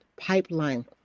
pipeline